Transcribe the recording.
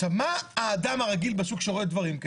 עכשיו מה האדם הרגיל בשוק שרואה דברים כאלה?